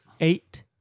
Eight